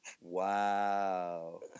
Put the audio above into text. wow